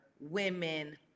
women